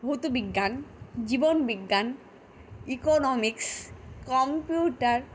ভৌতবিজ্ঞান জীবনবিজ্ঞান economics computer